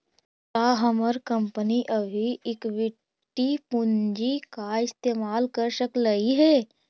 का हमर कंपनी अभी इक्विटी पूंजी का इस्तेमाल कर सकलई हे